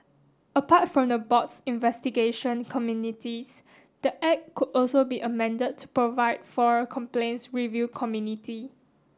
apart from the board's investigation communities the Act could also be amended to provide for a complaints review community